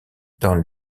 dans